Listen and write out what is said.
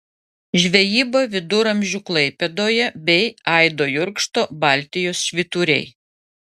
žvejyba viduramžių klaipėdoje bei aido jurkšto baltijos švyturiai